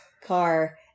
car